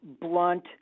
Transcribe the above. blunt